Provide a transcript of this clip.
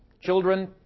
Children